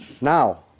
now